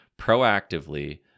proactively